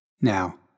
Now